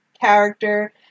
character